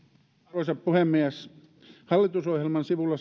arvoisa puhemies hallitusohjelman sivulla